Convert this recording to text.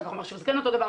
אחר כך שזה כן אותו דבר,